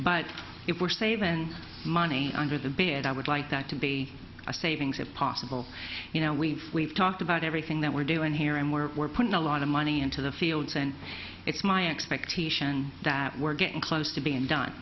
but if we're saving money under the bed i would like that to be a savings if possible you know we've we've talked about everything that we're doing here and where we're putting a lot of money into the fields and it's my expectation that we're getting close to being done